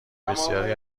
بسیاری